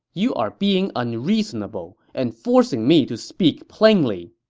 you are being unreasonable and forcing me to speak plainly!